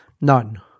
None